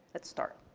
let's start.